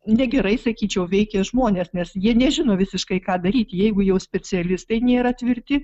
negerai sakyčiau veikia žmones nes jie nežino visiškai ką daryti jeigu jau specialistai nėra tvirti